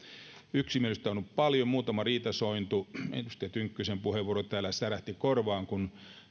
yksimielisyyttä on ollut paljon muutama riitasointu edustaja tynkkysen puheenvuoro täällä särähti korvaan kun